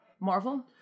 Marvel